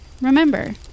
Remember